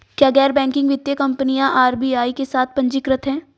क्या गैर बैंकिंग वित्तीय कंपनियां आर.बी.आई के साथ पंजीकृत हैं?